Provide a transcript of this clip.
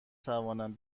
توانم